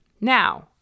Now